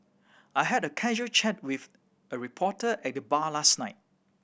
I had a casual chat with a reporter at the bar last night